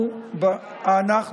אתה יכול להתייחס,